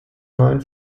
neuen